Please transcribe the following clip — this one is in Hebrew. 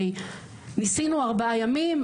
ניסינו ארבעה ימים,